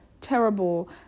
terrible